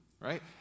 right